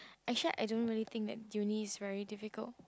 actually I don't really think that uni is very difficult